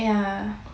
ya